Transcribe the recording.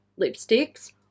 lipsticks